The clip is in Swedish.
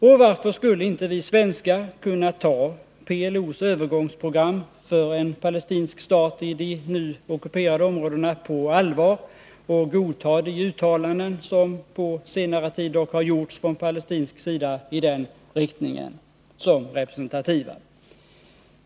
Och varför skulle inte vi svenskar kunna ta PLO:s övergångsprogram för en palestinsk stat i de nu ockuperade områdena på allvar och godta de uttalanden som på senare tid dock har gjorts från palestinsk sida i den riktningen som representativa?